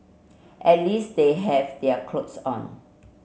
at least they have their clothes on